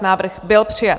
Návrh byl přijat.